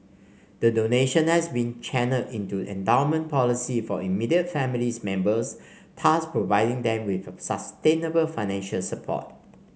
the donation has been channelled into endowment policy for immediate families members thus providing them with sustainable financial support